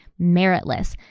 meritless